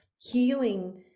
healing